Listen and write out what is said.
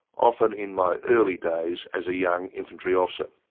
often in my early days as a young infantry officer.